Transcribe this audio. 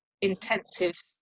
intensive